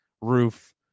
Roof